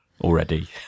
already